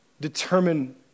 determine